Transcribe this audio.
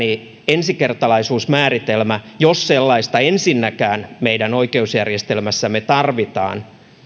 ensikertalaisuusmääritelmää ensinnäkään meidän oikeusjärjestelmässämme tarvitaan